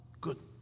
Good